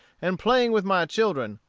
and playing with my children,